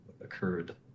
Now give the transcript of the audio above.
occurred